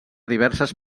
diverses